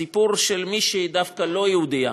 סיפור של מישהי שהיא דווקא לא יהודייה,